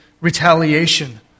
retaliation